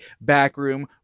backroom